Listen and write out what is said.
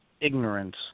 ignorance